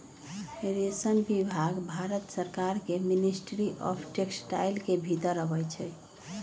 रेशम विभाग भारत सरकार के मिनिस्ट्री ऑफ टेक्सटाइल के भितर अबई छइ